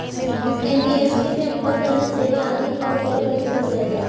NBFC में उपलब्ध अन्य सेवा आदि पर गौर कइसे करल जाइ?